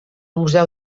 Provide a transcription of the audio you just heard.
museu